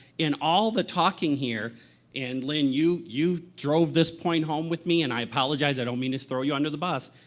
in all the talking here and, lynn, you you drove this point home with me, and i apologize, i don't mean to throw you under the bus.